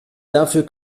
dafür